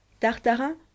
Tartarin